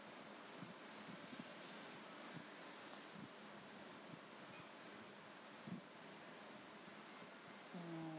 mm